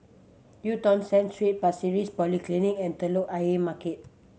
Eu Tong Sen Street Pasir Ris Polyclinic and Telok Ayer Market